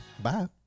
Bye